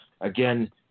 again